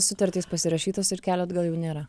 sutartys pasirašytos ir kelio atgal jau nėra